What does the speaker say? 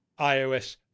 iOS